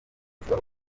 zibaho